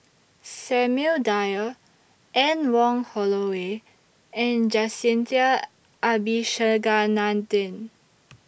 Samuel Dyer Anne Wong Holloway and Jacintha Abisheganaden